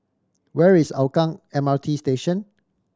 where is Hougang M R T Station